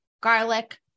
garlic